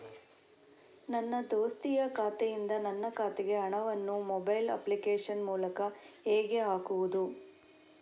ನನ್ನ ದೋಸ್ತಿಯ ಖಾತೆಯಿಂದ ನನ್ನ ಖಾತೆಗೆ ಹಣವನ್ನು ಮೊಬೈಲ್ ಅಪ್ಲಿಕೇಶನ್ ಮೂಲಕ ಹೇಗೆ ಹಾಕುವುದು?